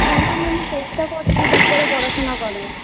হ্যাঁ ম্যাম আমি চেষ্টা করছি ঠিক করে পড়াশুনা করার